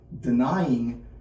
denying